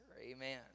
amen